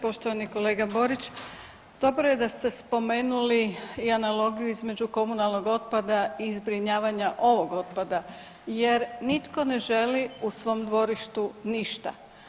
Poštovani kolega Borić, dobro je da ste spomenuli i analogiju između komunalnog otpada i zbrinjavanja ovog otpada jer nitko ne želi u svom dvorištu ništa.